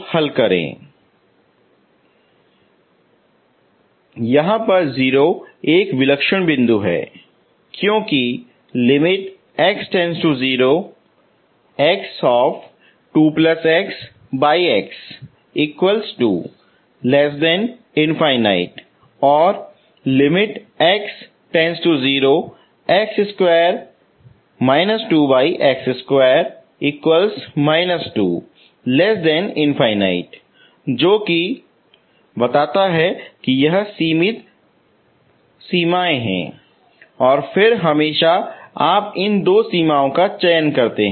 0 एक विलक्षण बिंदु है क्योंकि सीमाएं सीमित हैं और फिर हमेशा आप इन दो सीमाओं का चयन करते हैं